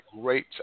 great